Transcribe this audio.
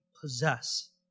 possess